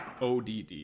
ODD